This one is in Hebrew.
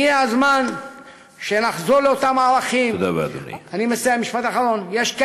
הגיע הזמן שנחזור לאותם ערכים --- תודה רבה,